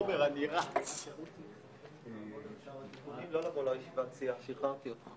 אין מה להסביר, אנחנו מכירים את זה היטב.